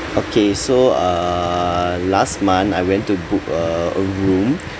okay so uh last month I went to book uh a room uh for